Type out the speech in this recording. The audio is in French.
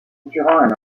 durant